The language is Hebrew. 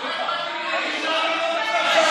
קשור עכשיו?